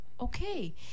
Okay